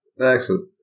Excellent